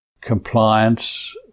compliance